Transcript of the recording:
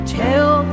tell